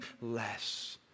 less